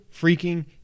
freaking